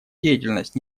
деятельность